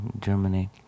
Germany